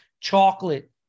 Chocolate